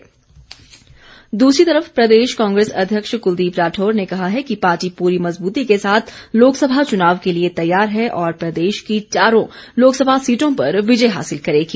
कुलदीप राठौर प्रदेश कांग्रेस अध्यक्ष क्लदीप राठौर ने कहा है कि पार्टी पूरी मजबूती के साथ लोकसभा चुनाव के लिए तैयार है और प्रदेश की चारों लोकसभा सीटों पर विजय हासिल करेगी